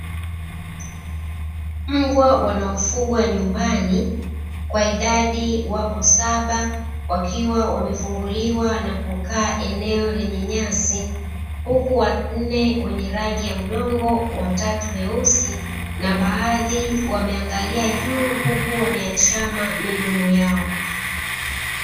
Mbwa wanaofugwa nyumbani kwa idadi wapo saba, wakiwa wamefunguliwa na kukaa eneo lenye nyasi. Huku wanne wenye rangi ya udongo, watatu weusi, na baadhi wameangalia juu; huku wameachana midomo yao.